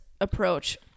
approach